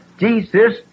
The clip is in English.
Jesus